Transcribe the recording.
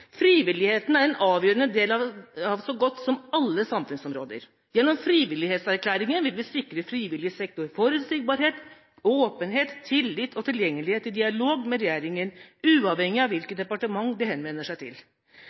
Frivilligheten er en avgjørende del av så godt som alle samfunnsområder. Gjennom Frivillighetserklæringen vil vi sikre frivillig sektor forutsigbarhet, åpenhet, tillit og tilgjengelighet i dialog med regjeringen uavhengig av hvilket departement de henvender seg til.